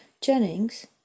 Jennings